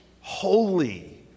holy